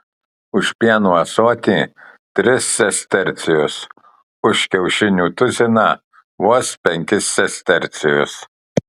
už pieno ąsotį tris sestercijus už kiaušinių tuziną vos penkis sestercijus